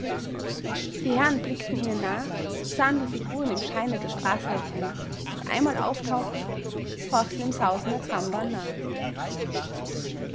die herren blickten ihnen nach sahen die figuren im scheine der straßenlaterne noch einmal auftauchen horchten dem sausen der trambahn nach